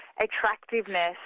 attractiveness